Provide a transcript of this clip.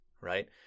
right